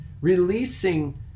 releasing